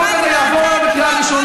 גם אם החוק הזה יעבור בקריאה ראשונה,